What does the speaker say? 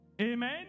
Amen